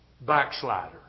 backslider